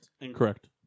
Incorrect